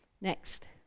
Next